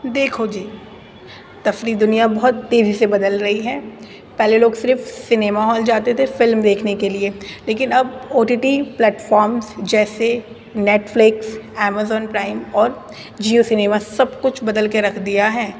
دیکھو جی تفریحی دنیا بہت تیزی سے بدل رہی ہے پہلے لوگ صرف سنیما ہال جاتے تھے فلم دیکھنے کے لیے لیکن اب او ٹی ٹی پلیٹفارمس جیسے نیٹفلکس امیزون پرائم اور جیو سنیما سب کچھ بدل کے رکھ دیا ہے